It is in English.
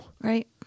Right